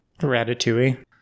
Ratatouille